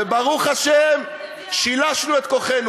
וברוך השם שילשנו את כוחנו.